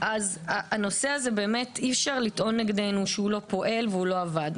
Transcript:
הנושא הזה אי אפשר לטעון נגדנו שלא פועל ולא עבד.